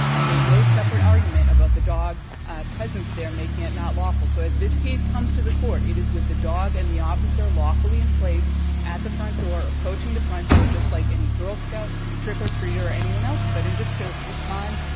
and made no separate argument about the dog's presence there making it not lawful. so as this case comes to the court, it is with the dog and the officer lawfully in place at the front door, approaching the front door just like any girl scout, trick-or-treater, or anyone else could. and just to respond,